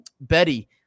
Betty